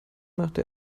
machte